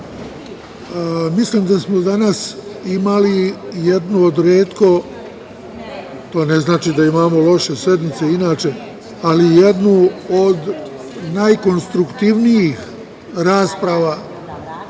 mislim da smo danas imali jednu od retko, to ne znači da imamo loše sednice inače, ali jednu od najkonstruktivnijih rasprava